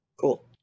Cool